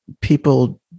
people